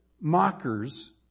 mockers